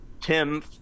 Tim